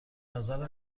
نظر